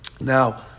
Now